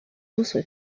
also